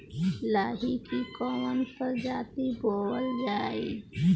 लाही की कवन प्रजाति बोअल जाई?